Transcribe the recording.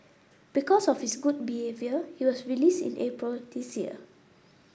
because of his good behaviour he was released in April this year